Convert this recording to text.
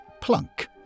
plunk